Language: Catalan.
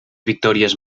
victòries